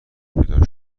بیدار